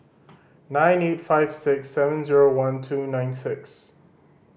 nine eight five six seven zero one two nine six